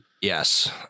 Yes